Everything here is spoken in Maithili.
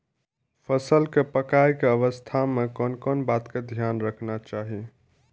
फसल के पाकैय के अवस्था में कोन कोन बात के ध्यान रखना चाही?